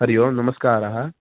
हरिः ओं नमस्कारः